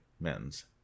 men's